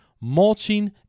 mulching